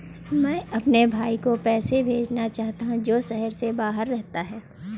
मैं अपने भाई को पैसे भेजना चाहता हूँ जो शहर से बाहर रहता है